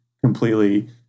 completely